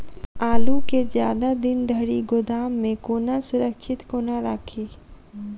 आलु केँ जियादा दिन धरि गोदाम मे कोना सुरक्षित कोना राखि?